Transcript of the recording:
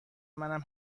منم